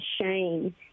shame